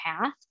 path